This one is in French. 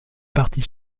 parties